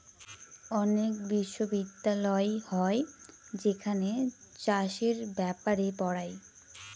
অনেক বিশ্ববিদ্যালয় হয় যেখানে চাষের ব্যাপারে পড়ায়